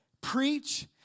Preach